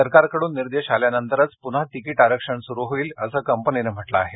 सरकारकडून निर्देश आल्यानंतरच पुन्हा तिकीट आरक्षण सुरु होईल असं कंपनीनं म्हटलं आहे